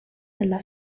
della